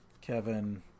Kevin